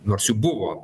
nors jų buvo